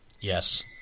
Yes